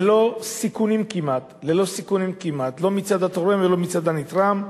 ללא סיכונים כמעט, לא לצד התורם ולא לצד הנתרם,